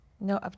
no